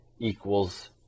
equals